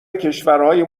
کشورهای